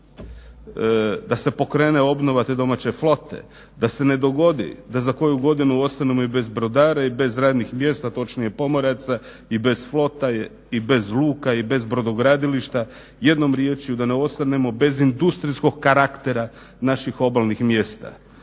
da se pokrene obnova te domaće flote, da se ne dogodi da za koju godinu ostanemo i bez brodara i bez radnih mjesta točnije pomoraca i bez flote i bez luka i bez brodogradilišta jednom riječju da ne ostanemo bez industrijskog karaktera naših obalnih mjesta.